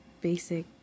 basic